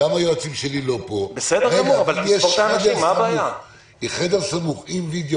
לאפשר שלא נטיל סנקציה על חבר כנסת